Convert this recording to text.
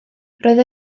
roedd